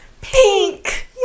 Pink